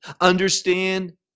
understand